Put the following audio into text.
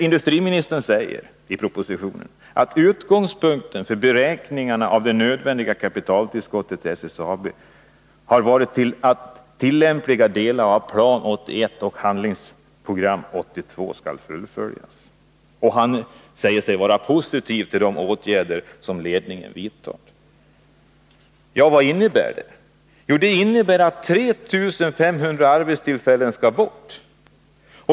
Industriministern säger i propositionen att utgångspunkten för beräkningarna av det nödvändiga kapitaltillskottet i SSAB har varit att tillämpliga delar av Plan 81 och Handlingsprogram 1982 skall fullföljas. Han säger sig vara positiv till de åtgärder som ledningen vidtar. Vad innebär det? Jo, det innebär att 3 500 arbetstillfällen skall bort.